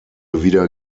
wieder